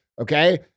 Okay